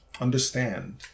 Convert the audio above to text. understand